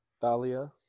Thalia